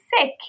sick